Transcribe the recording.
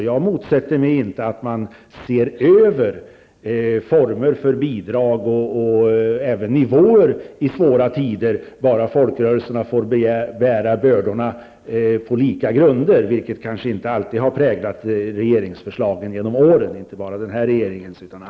Jag motsätter mig inte att man i svåra tider ser över formerna för bidrag och även nivåerna på dessa, så länge folkrörelserna får bära bördorna på lika grunder, något som kanske inte alltid har präglat förslagen från olika regeringar -- inte bara denna utan även andra -- genom åren.